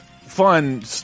fun